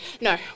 No